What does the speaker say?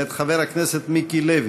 מאת חבר הכנסת מיקי לוי.